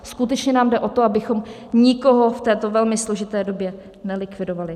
Skutečně nám jde o to, abychom nikoho v této velmi složité době nelikvidovali.